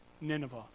Nineveh